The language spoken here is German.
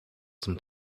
zum